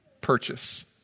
purchase